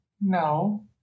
No